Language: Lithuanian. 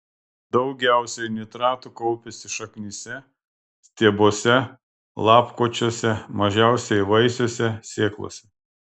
daugiausiai nitratų kaupiasi šaknyse stiebuose lapkočiuose mažiausiai vaisiuose sėklose